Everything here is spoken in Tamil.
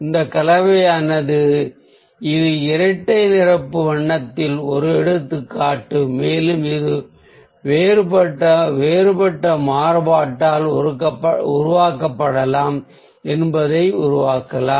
இதன் கலவையானது இது இரட்டை நிரப்பு வண்ணத்தின் ஒரு எடுத்துக்காட்டு மேலும் இது வேறுபட்ட மாறுபாட்டால் உருவாக்கப்படலாம் என்பதை நீங்கள் புரிந்து கொள்ளலாம்